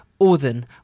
Odin